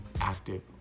active